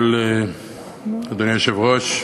אדוני היושב-ראש,